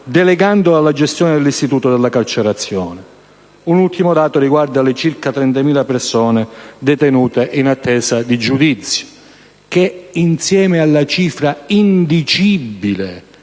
delegandolo alla gestione dell'istituto della carcerazione. Un ultimo dato riguarda le circa 30.000 persone detenute in attesa di giudizio che, insieme alla cifra indicibile